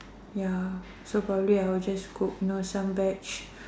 ya so probably I will just cook you know some veg